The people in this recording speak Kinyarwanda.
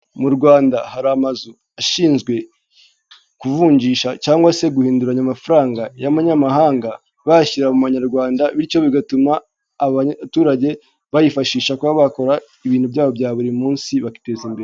Mu Rwanda hari amazu ashinzwe kuvunjisha cyangwa se guhinduranya amafaranga y'amanyamahanga bayashyira mu manyarwanda, bityo bigatuma abaturage bayifashisha kuba bakora ibintu byabo bya buri munsi bakiteza imbere.